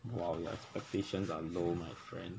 !wow! your expectations are low my friend